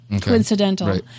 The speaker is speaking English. coincidental